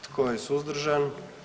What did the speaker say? Tko je suzdržan?